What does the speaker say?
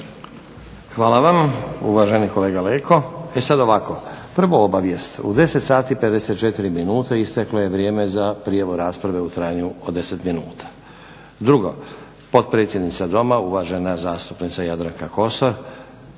Hvala vam uvaženi kolega Leko. E sad ovako, prvo obavijest. U 10 sati i 54 minute isteklo je vrijeme za prijavu rasprave od 10 minuta. Drugo, potpredsjednica Doma, uvažena zastupnica Jadranka Kosor